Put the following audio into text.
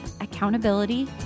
accountability